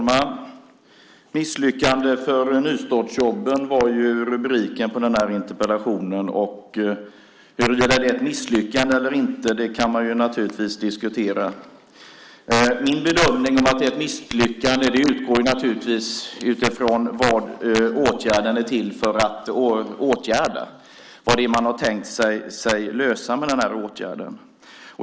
Fru talman! Misslyckande för nystartsjobben är rubriken för interpellationen. Huruvida det är ett misslyckande eller inte kan man naturligtvis diskutera. Min bedömning att det är ett misslyckande utgår naturligtvis från vad åtgärden är till för, vad det är man har tänkt sig att lösa med denna åtgärd.